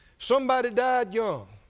somebody died young,